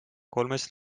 kolmest